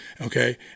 okay